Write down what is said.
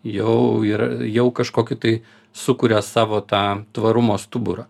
jau ir jau kažkokį tai sukuria savo tą tvarumo stuburą